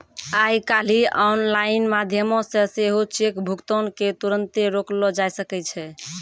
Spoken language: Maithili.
आइ काल्हि आनलाइन माध्यमो से सेहो चेक भुगतान के तुरन्ते रोकलो जाय सकै छै